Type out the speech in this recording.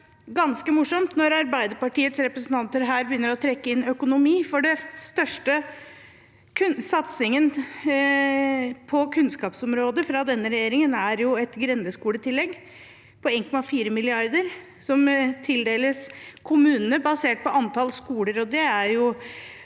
ganske morsomt når Arbeiderpartiets representanter her begynner å trekke inn økonomi, for den største satsingen på kunnskapsområdet fra denne regjeringen er et grendeskoletillegg på 1,4 mrd. kr, som tildeles kommunene basert på antall skoler.